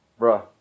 Bruh